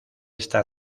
esta